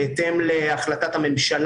בעצם מתקצב את כל השמירה של המקום?